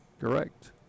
Correct